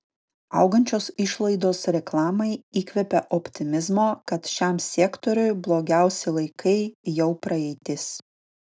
augančios išlaidos reklamai įkvepia optimizmo kad šiam sektoriui blogiausi laikai jau praeitis